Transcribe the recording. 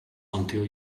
until